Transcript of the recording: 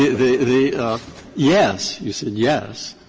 the the yes, you said yes,